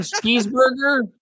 cheeseburger